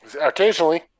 Occasionally